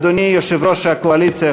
אדוני יושב-ראש הקואליציה,